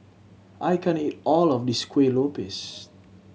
I can't eat all of this Kuih Lopes